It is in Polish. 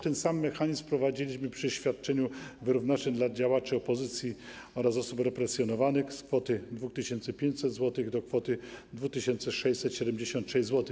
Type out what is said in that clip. Ten sam mechanizm wprowadziliśmy przy świadczeniu wyrównawczym dla działaczy opozycji oraz osób represjonowanych - z kwoty 2500 zł do kwoty 2676 zł.